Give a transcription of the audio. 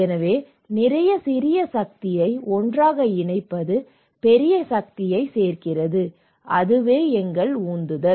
எனவே நிறைய சிறிய சக்தியை ஒன்றாக இணைப்பது பெரிய சக்தியை சேர்க்கிறது அதுவே எங்கள் உந்துதல்